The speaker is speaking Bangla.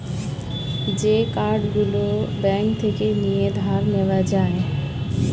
যে কার্ড গুলো ব্যাঙ্ক থেকে নিয়ে ধার নেওয়া যায়